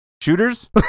shooters